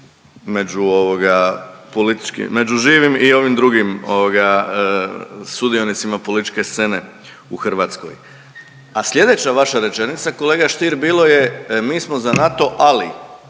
među živim i ovim drugim ovoga, sudionicima političke scene. A sljedeća vaša rečenica, kolega Stier, bilo je, mi smo za NATO ali,